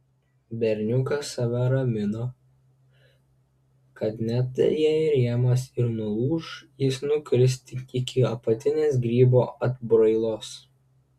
berniukas save ramino kad net jei rėmas ir nulūš jis nukris tik iki apatinės grybo atbrailos